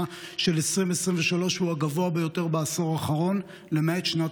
של 2023 הוא הגבוה ביותר בעשור האחרון למעט בשנת